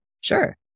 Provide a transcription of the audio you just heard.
Sure